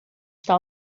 está